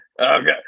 Okay